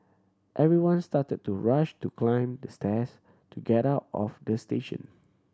everyone started to rush to climb the stairs to get out of the station